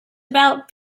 about